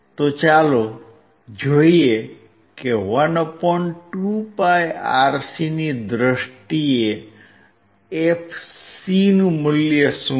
તો ચાલો જોઈએ કે 12πRC ની દ્રષ્ટિએ fc નું મૂલ્ય શું છે